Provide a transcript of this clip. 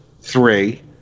three